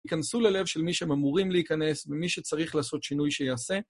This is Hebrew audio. ייכנסו ללב של מי שהם אמורים להיכנס ומי שצריך לעשות שינוי שיעשה.